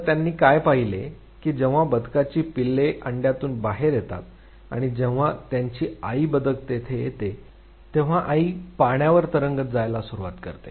तर त्याने काय पाहिले की जेव्हा बदकाची पिल्ले अंड्यातून बाहेर येतात आणि जेव्हा त्यांची आई बदक तेथे येते तेव्हा आई पाण्यावर तरंगत जायला सुरुवात करते